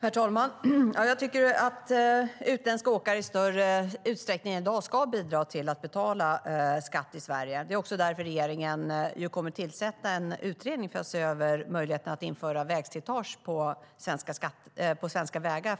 Herr talman! Jag tycker att utländska åkare i större utsträckning än i dag ska bidra till att betala skatt i Sverige. Det är också därför regeringen kommer att tillsätta en utredning för att se över möjligheten att införa vägslitageavgift för tunga transporter på svenska vägar.